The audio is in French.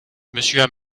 monsieur